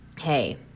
hey